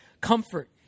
Comfort